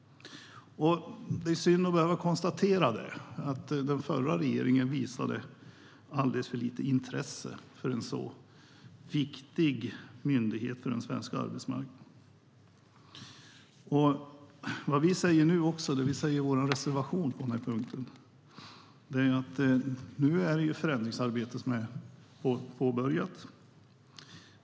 Det är synd att behöva konstatera det, men den förra regeringen visade alldeles för lite intresse för denna för den svenska arbetsmarknaden så viktiga myndighet. Det vi säger i vår reservation på den här punkten är att nu är förändringsarbetet påbörjat.